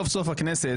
סוף סוף הכנסת,